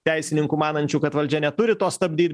teisininkų manančių kad valdžia neturi to stabdyt